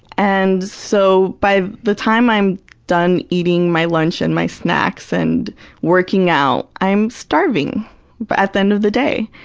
and so, by the time i'm done eating my lunch and my snacks and working out, i am starving but at the end of the day.